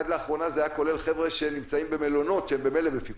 עד לאחרונה זה כלל חבר'ה שנמצאים במלונות שהם במילא בפיקוח.